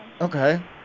Okay